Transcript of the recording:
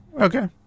Okay